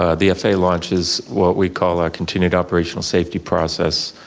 ah the faa launches what we call our continued operational safety process.